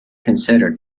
considered